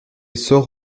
sort